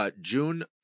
June